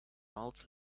old